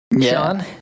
Sean